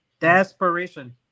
Desperation